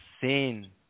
sin